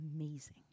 amazing